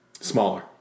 Smaller